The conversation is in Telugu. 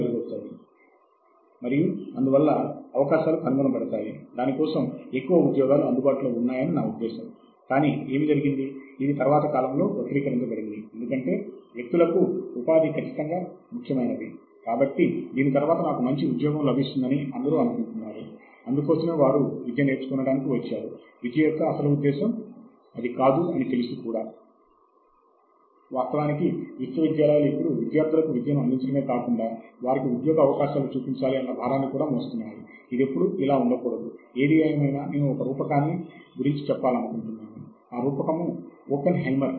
గూగుల్ లో మనకి అందుబాటులో ఉన్న వనరులకు దగ్గరగా వచ్చేది మాత్రము గూగుల్ స్కాలర్